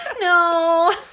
No